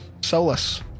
Solus